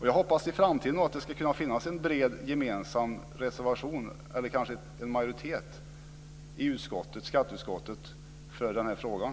Jag hoppas att det i framtiden ska kunna finnas en bred gemensam reservation eller kanske en majoritet i skatteutskottet för den här frågan.